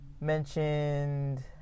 Mentioned